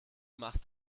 machst